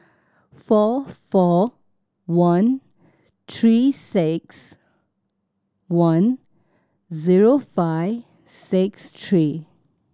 four four one Three Six One zero five six three